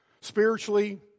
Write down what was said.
Spiritually